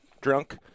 drunk